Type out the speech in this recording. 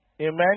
Amen